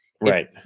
Right